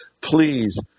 please